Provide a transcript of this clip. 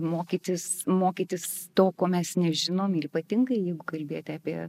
mokytis mokytis to ko mes nežinom ir ypatingai jeigu kalbėti apie